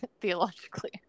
theologically